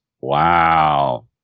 Wow